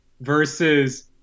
versus